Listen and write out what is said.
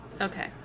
okay